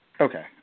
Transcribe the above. Okay